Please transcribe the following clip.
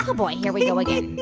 ah boy, here we go again